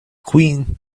queen